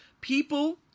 people